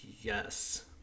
Yes